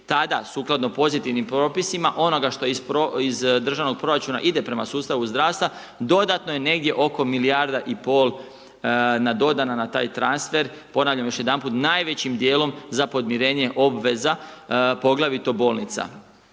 tada, sukladno pozitivnim propisima, onoga što iz državnog proračuna ide prema sustavu zdravstva, dodatno je negdje oko milijarda i pol nadodana na taj transfer. Ponavljam još jedanput, najvećim dijelom za podmirenje obveza, poglavito bolnica,